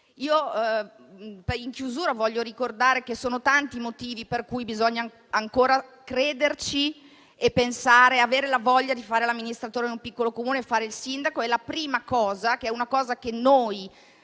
In chiusura, voglio ricordare che sono tanti i motivi per cui bisogna ancora crederci, avere la voglia di fare l'amministratore in un piccolo Comune e fare il sindaco. La prima cosa, che abbiamo